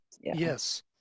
Yes